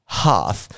half